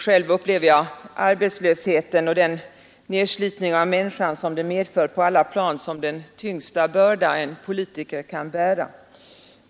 Själv upplever jag arbetslösheten och den nerslitning av människan som den medför på alla plan som den tyngsta börda en politiker kan bära.